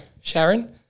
Sharon